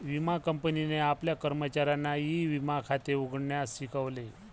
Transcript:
विमा कंपनीने आपल्या कर्मचाऱ्यांना ई विमा खाते उघडण्यास शिकवले